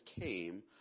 came